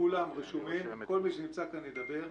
כולם רשומים, כל מי שנמצא כאן ידבר.